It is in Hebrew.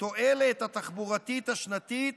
התועלת התחבורתית השנתית